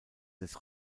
des